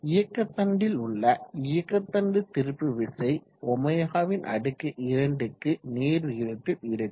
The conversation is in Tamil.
இயக்க தண்டில் உள்ள இயக்க தண்டு திருப்பு விசை ω2 க்கு நேர் விகிதத்தில் இருக்கும்